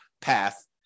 path